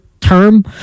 term